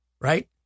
right